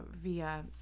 via